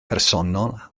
personol